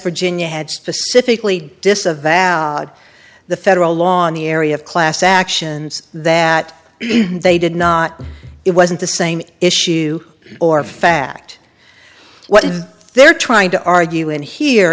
virginia had specifically disavow the federal law in the area of class actions that they did not it wasn't the same issue or fact what they're trying to argue in here